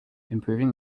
improving